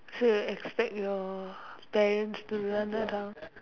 so you expect your parents to run around